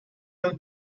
out